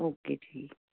okay ਜੀ